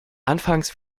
anfangs